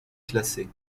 classés